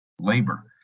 labor